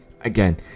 Again